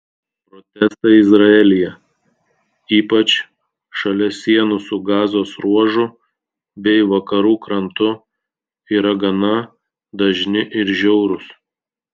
protestai izraelyje ypač šalia sienų su gazos ruožu bei vakarų krantu yra gana dažni ir žiaurūs